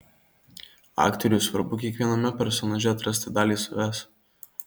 aktoriui svarbu kiekviename personaže atrasti dalį savęs